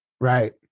Right